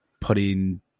putting